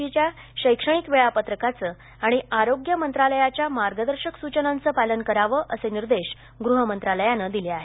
C च्या शैक्षणिक वेळापत्रकाच आणि आरोग्य मंत्रालयाच्या मार्गदर्शक सूचनांचं पालन कराव असे निर्देश गृह मंत्रालयानं दिले आहेत